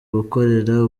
gukorera